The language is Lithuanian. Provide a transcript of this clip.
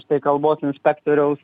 štai kalbos inspektoriaus